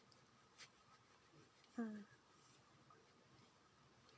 mm